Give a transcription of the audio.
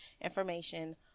information